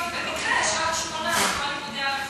מה זה אומר?